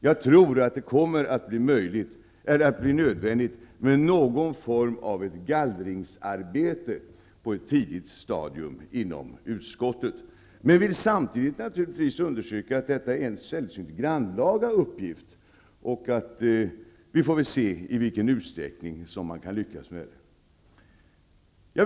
Jag tror att det kommer att bli nödvändigt med någon form av gallringsarbete på ett tidigt stadium inom utskottet. Men samtidigt vill jag naturligtvis understryka att det är fråga om en sällsynt grannlaga uppgift. Vi får väl se i vilken utsträckning man lyckas med den.